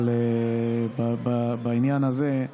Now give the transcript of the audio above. אבל בעניין הזה,